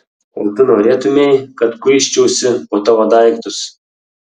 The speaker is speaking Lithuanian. o tu norėtumei kad kuisčiausi po tavo daiktus